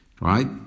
right